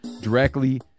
directly